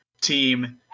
team